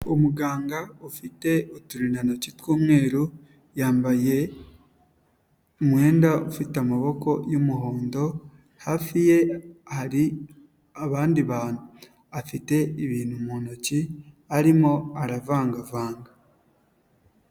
Umuganga ufite uturindantoki tw'umweru, yambaye umwenda ufite amaboko y'umuhondo, hafi ye hari abandi bantu. Afite ibintu mu ntoki arimo aravangavanga.